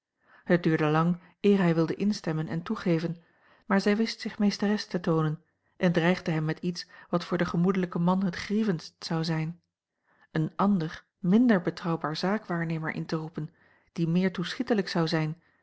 het duurde lang eer hij wilde instemmen en toegeven maar zij wist zich meesteres te toonen en dreigde hem met iets wat voor den gemoedelijken man het grievendst zou zijn een ander minder betrouwbaar zaakwaarnemer in te roepen die meer toea l g bosboom-toussaint langs een omweg schietelijk zou zijn